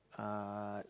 uh